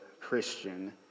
Christian